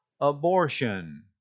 abortion